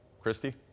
Christy